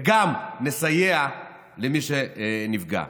וגם נסייע למי שנפגע.